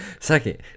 Second